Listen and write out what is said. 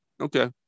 okay